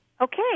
Okay